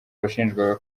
washinjwaga